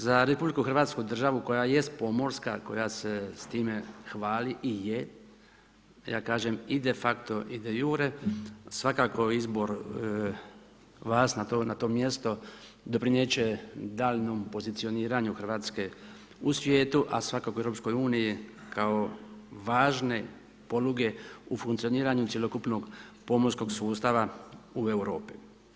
Za RH, državu koja jest pomorska, koja se s time hvali i je, ja kažem i de facto i de iure, svako izbor vas na to mjesto, doprinijet će daljnjim pozicioniranju Hrvatske u svijetu a svakako i u EU-u kao važne poluge u funkcioniranju cjelokupnog pomorskog sustava u Europi.